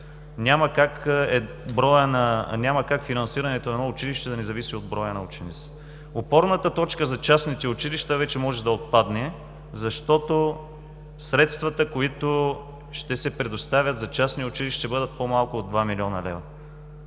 Няма как финансирането на едно училище да не зависи от броя на учениците. Опорната точка за частните училища вече може да отпадне, защото средствата, които ще се предоставят за частни училища ще бъдат по-малко от 2 млн. лв.